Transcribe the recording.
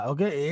Okay